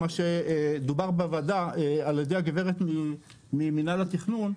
כפי שאמרה הגברת ממנהל התכנון,